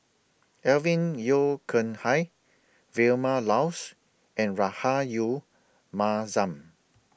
Alvin Yeo Khirn Hai Vilma Laus and Rahayu Mahzam